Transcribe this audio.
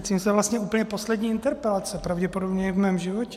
To jsou vlastně úplně poslední interpelace pravděpodobně i v mém životě.